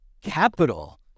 capital